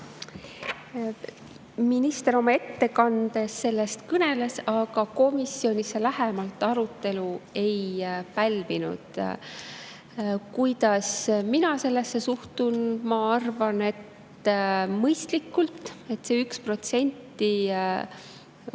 Minister oma ettekandes sellest kõneles, aga komisjonis see lähemat arutelu ei pälvinud. Kuidas mina sellesse suhtun? Ma arvan, et see on mõistlik. See 1% jääki